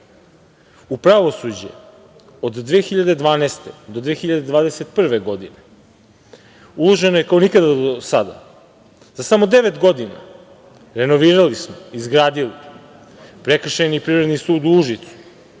U pravosuđe od 2012. do 2021. godine uloženo je kao nikada do sada. Za samo devet godina renovirali smo, izgradili, Prekršajni privredni sud u Užicu.